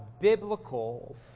biblical